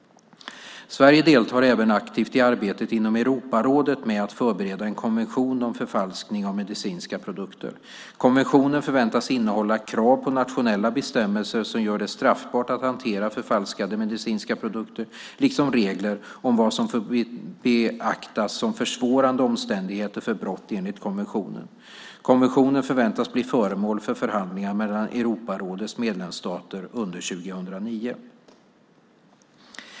Sverige deltar även aktivt i arbetet inom Europarådet med att förbereda en konvention om förfalskning av medicinska produkter. Konventionen förväntas innehålla krav på nationella bestämmelser som gör det straffbart att hantera förfalskade medicinska produkter, liksom regler om vad som får beaktas som försvårande omständigheter för brott enligt konventionen. Konventionen förväntas bli föremål för förhandlingar mellan Europarådets medlemsstater under 2009.